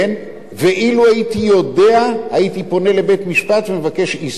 ואילו הייתי יודע הייתי פונה לבית-המשפט ומבקש איסור פרסום.